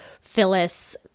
Phyllis